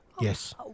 Yes